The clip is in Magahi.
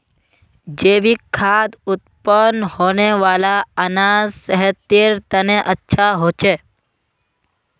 जैविक खाद से उत्पन्न होने वाला अनाज सेहतेर तने अच्छा होछे